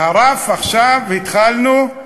והרף, עכשיו התחלנו: